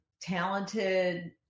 talented